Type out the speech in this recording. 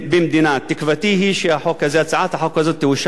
תקוותי היא שהצעת החוק הזאת תאושר על-ידי הכנסת.